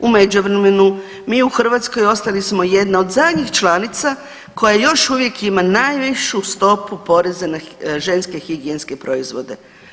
U međuvremenu, mi u Hrvatskoj ostali smo jedan od zadnjih članica koja još uvijek ima najvišu stopu poreza na ženske higijenske proizvode.